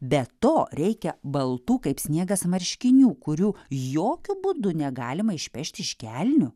be to reikia baltų kaip sniegas marškinių kurių jokiu būdu negalima išpešti iš kelnių